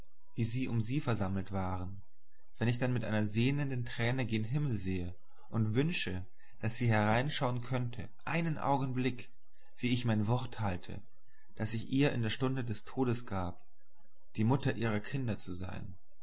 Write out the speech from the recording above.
wie sie um sie versammelt waren wenn ich dann mit einer sehnenden träne gen himmel sehe und wünsche daß sie hereinschauen könnte einen augenblick wie ich mein wort halte das ich ihr in der des todes gab die mutter ihrer kinder zu sein